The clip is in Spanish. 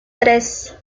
tres